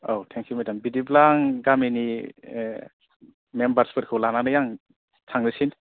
अ thank you madam बिदिब्ला आं गामिनि मेम्बारसफोरखौ लानानै आं थांनोसै